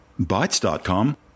Bytes.com